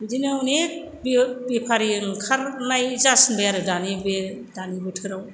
बिदिनो अनेख बेयो बेफारि ओंखारनाय जासिनबाय आरो दानि दानि बे बोथोराव